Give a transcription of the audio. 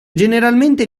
generalmente